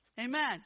Amen